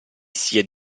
sia